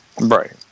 right